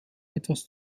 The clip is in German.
etwas